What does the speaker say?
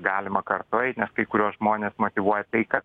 galima kartu eit nes kai kuriuos žmones motyvuoja tai kad